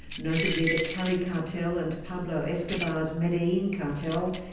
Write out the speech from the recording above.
notably the cali cartel and pablo escobar's medellin cartel,